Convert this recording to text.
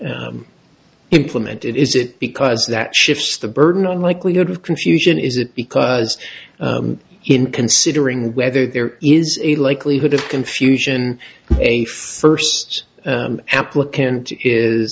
be implemented is it because that shifts the burden on likelihood of confusion is it because in considering whether there is a likelihood of confusion first applicant is